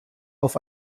auf